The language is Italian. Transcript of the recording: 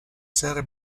serie